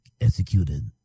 executed